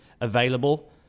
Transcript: available